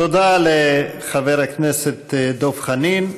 תודה לחבר הכנסת דב חנין.